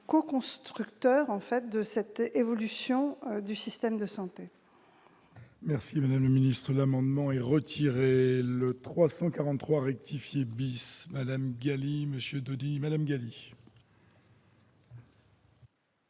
coconstructeur de l'évolution du système de santé.